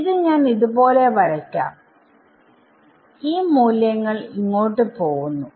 ഇത് ഞാൻ ഇതുപോലെ വരക്കാം ഈ മൂല്യങ്ങൾ ഇങ്ങോട്ട് പോവുന്നു